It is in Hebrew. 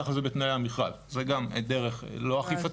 ככה זה בתנאי המכרז וזו גם דרך לא אכיפתית